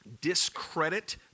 discredit